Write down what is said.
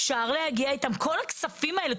כל הכספים האלה,